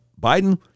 Biden